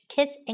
Kids